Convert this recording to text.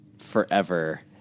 forever